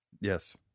Yes